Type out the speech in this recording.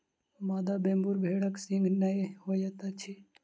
मादा वेम्बूर भेड़क सींघ नै होइत अछि